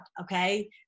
okay